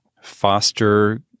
foster